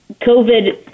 covid